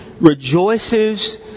rejoices